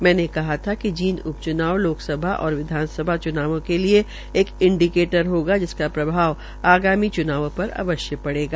मैने कहा था कि जींद उप च्नाव लोकसभा और विधानसभा च्नावों के लिये एक इंडीकेटर होगा जिसका प्रभाव आगामी च्नावों पर अवश्य पड़ेगा